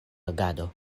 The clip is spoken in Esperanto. agado